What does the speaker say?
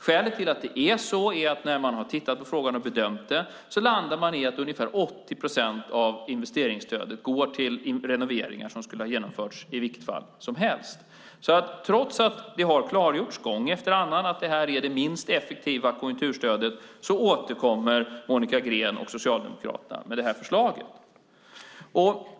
Skälet till att det är så är att när man har tittat på frågan och bedömt det landar man i att ungefär 80 procent av investeringsstödet går till renoveringar som skulle ha genomförts i vilket fall som helst. Trots att det har klargjorts gång efter annan att det är det minst effektiva konjunkturstödet återkommer Monica Green och Socialdemokraterna med förslaget.